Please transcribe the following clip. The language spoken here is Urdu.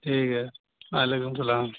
ٹھیک ہے وعلیکم سلام